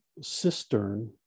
cistern